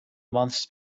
months